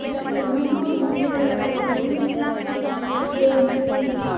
சொந்தமாக வீட்டில் ப்ரிப்பேர் பண்ணி ஃபுட் வந்துட்டு